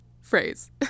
phrase